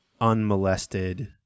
unmolested